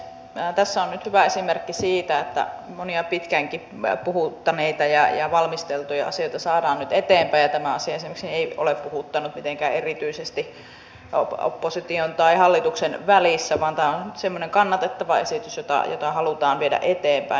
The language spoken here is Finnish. tässä on nyt hyvä esimerkki siitä että monia pitkäänkin puhuttaneita ja valmisteltuja asioita saadaan nyt eteenpäin ja tämä asia esimerkiksi ei ole puhuttanut mitenkään erityisesti opposition ja hallituksen välissä vaan tämä on semmoinen kannatettava esitys jota halutaan viedä eteenpäin